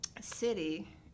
city